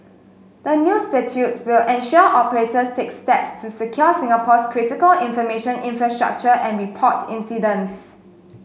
the new statute will ensure operators take steps to secure Singapore's critical information infrastructure and report incidents